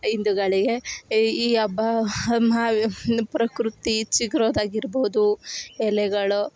ಹಿಂದುಗಳಿಗೆ ಏ ಈ ಹಬ್ಬ ಪ್ರಕೃತಿ ಚಿಗ್ರೋದು ಆಗಿರ್ಬೋದು ಎಲೆಗಳು